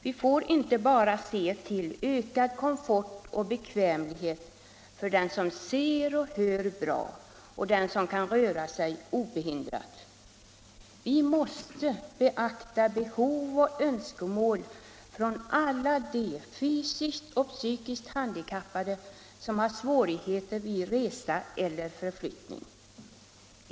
De får inte bara se till ökad komfort och bekvämlighet för den som ser och hör bra och den som kan röra sig obehindrat. Vi måste beakta behov och önskemål från alla de fysiskt och psykiskt handikappade som har svårigheter vid resa eller förflyttning.